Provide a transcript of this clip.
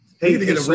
Hey